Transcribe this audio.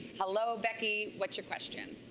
hello, becky. what's your question?